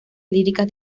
líricas